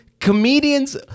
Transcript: Comedians